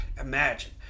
imagine